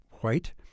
white